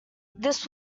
this